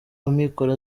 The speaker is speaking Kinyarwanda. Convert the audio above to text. amikoro